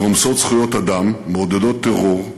שרומסות זכויות אדם, מעודדות טרור,